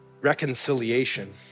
reconciliation